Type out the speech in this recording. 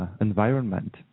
environment